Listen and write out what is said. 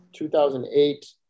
2008